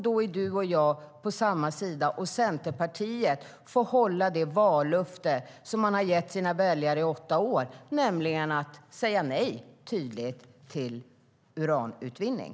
Då är du och jag på samma sida, och Centerpartiet får hålla det vallöfte som man har gett sina välja under åtta år, nämligen att tydligt säga nej till uranutvinning.